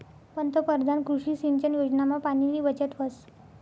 पंतपरधान कृषी सिंचन योजनामा पाणीनी बचत व्हस